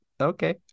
okay